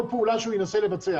כל פעולה שהוא ינסה לבצע.